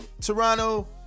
Toronto